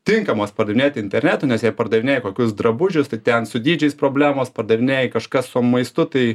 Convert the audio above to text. tinkamos pardavinėti internetu nes jei pardavinėji kokius drabužius tai ten su dydžiais problemos pardavinėji kažką su maistu tai